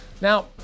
Now